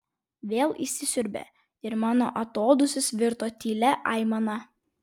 vėl įsisiurbė ir mano atodūsis virto tylia aimana